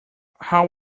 how